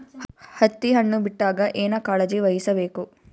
ಹತ್ತಿ ಹಣ್ಣು ಬಿಟ್ಟಾಗ ಏನ ಕಾಳಜಿ ವಹಿಸ ಬೇಕು?